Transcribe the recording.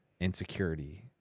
insecurity